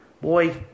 boy